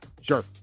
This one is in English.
sure